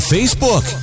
Facebook